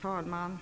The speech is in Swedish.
Herr talman!